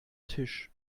tisch